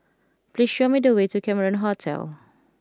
please show me the way to Cameron Hotel